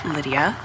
Lydia